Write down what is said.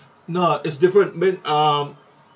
no uh it's different mean um